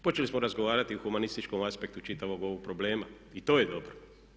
Počeli smo razgovarati o humanističkom aspektu čitavog ovog problema, i to je dobro.